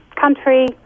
country